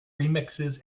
remixes